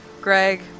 Greg